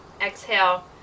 exhale